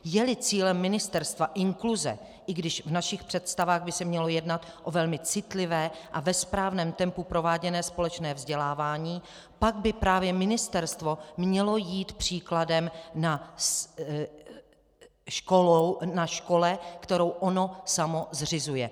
Jeli cílem ministerstva inkluze, i když v našich představách by se mělo jednat o velmi citlivé a ve správném tempu prováděné společné vzdělávání, pak by právě ministerstvo mělo jít příkladem na škole, kterou ono samo zřizuje.